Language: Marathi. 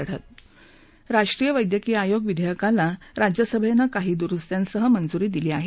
लढत राष्ट्रीय वैद्यकीय आयोग विधेयकाला राज्यसभेनं काही दुरुस्त्यांसह मंजुरी दिली आहे